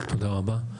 תודה רבה.